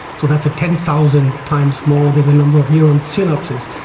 so that's ten thousand times more than the number of neuron synapses.